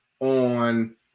on